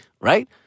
Right